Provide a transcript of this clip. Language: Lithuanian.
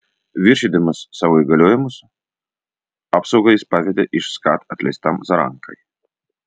viršydamas savo įgaliojimus apsaugą jis pavedė iš skat atleistam zarankai